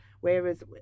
whereas